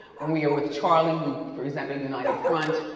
when we are with charlie, we present a united front.